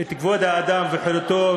את כבוד האדם וחירותו,